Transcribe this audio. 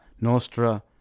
nostra